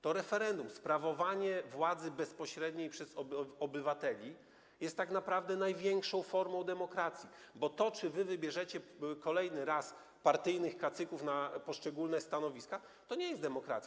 To referendum, sprawowanie władzy bezpośredniej przez obywateli jest tak naprawdę największą formą demokracji, bo to, czy wybierzecie kolejny raz partyjnych kacyków na poszczególne stanowiska, to nie jest demokracja.